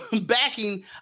backing